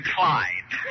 Clyde